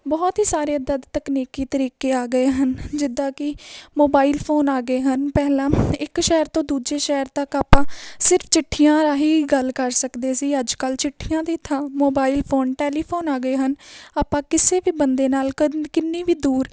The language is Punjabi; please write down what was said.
ਬਹੁਤ ਹੀ ਸਾਰੇ ਇੱਦਾਂ ਦੇ ਤਕਨੀਕੀ ਤਰੀਕੇ ਆ ਗਏ ਹਨ ਜਿੱਦਾਂ ਕਿ ਮੋਬਾਈਲ ਫੋਨ ਆ ਗਏ ਹਨ ਪਹਿਲਾਂ ਇੱਕ ਸ਼ਹਿਰ ਤੋਂ ਦੂਜੇ ਸ਼ਹਿਰ ਤੱਕ ਆਪਾਂ ਸਿਰਫ਼ ਚਿੱਠੀਆਂ ਰਾਹੀਂ ਹੀ ਗੱਲ ਕਰ ਸਕਦੇ ਸੀ ਅੱਜ ਕੱਲ੍ਹ ਚਿੱਠੀਆਂ ਦੀ ਥਾਂ ਮੋਬਾਈਲ ਫੋਨ ਟੈਲੀਫੋਨ ਆ ਗਏ ਹਨ ਆਪਾਂ ਕਿਸੇ ਵੀ ਬੰਦੇ ਨਾਲ ਕੰ ਕਿੰਨੀ ਵੀ ਦੂਰ